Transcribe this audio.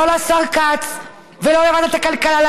לא לשר כץ ולא לוועדת הכלכלה,